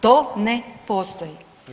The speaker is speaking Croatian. To ne postoji.